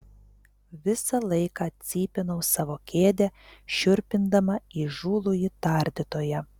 visą laiką cypinau savo kėdę šiurpindama įžūlųjį tardytoją